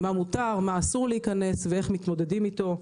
מה מותר, מה אסור להיכנס ואיך מתמודדים איתו.